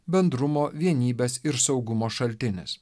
bendrumo vienybės ir saugumo šaltinis